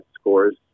scores